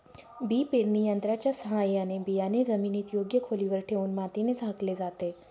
बी पेरणी यंत्राच्या साहाय्याने बियाणे जमिनीत योग्य खोलीवर ठेवून मातीने झाकले जाते